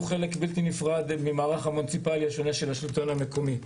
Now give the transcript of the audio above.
חלק בלתי נפרד מהמערך המוניציפלי של השלטון המקומי.